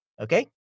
okay